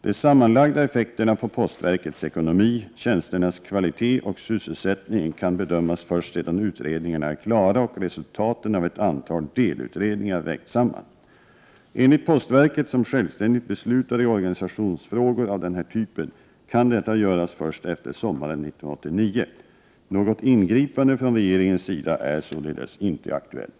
De sammanlagda effekterna på postverkets ekonomi, tjänsternas kvalitet och sysselsättningen kan bedömas först sedan utredningarna är klara och resultaten av ett antal delutredningar vägts samman. Enligt postverket, som självständigt beslutar i organisationsfrågor av den här typen, kan detta göras först efter sommaren 1989. Något ingripande från regeringens sida är således inte aktuellt.